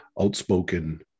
outspoken